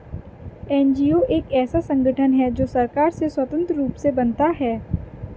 NGO एक ऐसा संगठन है जो सरकार से स्वतंत्र रूप से बनता है